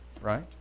right